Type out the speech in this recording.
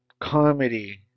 comedy